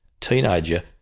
teenager